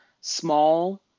small